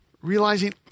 Realizing